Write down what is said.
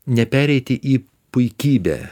nepereiti į puikybę